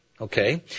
Okay